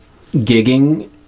gigging